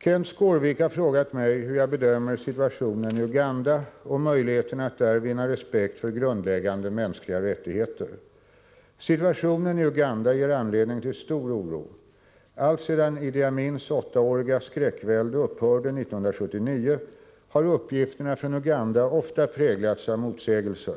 Kenth Skårvik har frågat mig hur jag bedömer situationen i Uganda och möjligheterna att där vinna respekt för grundläggande mänskliga rättigheter. Situationen i Uganda ger anledning till stor oro. Alltsedan Idi Amins åttaåriga skräckvälde upphörde 1979 har uppgifterna från Uganda ofta präglats av motsägelser.